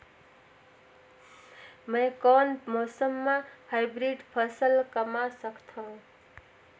मै कोन मौसम म हाईब्रिड फसल कमा सकथव?